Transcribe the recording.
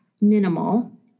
minimal